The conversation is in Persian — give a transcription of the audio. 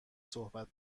صحبت